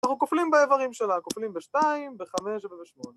‫אנחנו כופלים באיברים שלה, ‫כופלים ב-2, ב-5 וב-8.